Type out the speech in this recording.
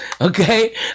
Okay